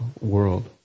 world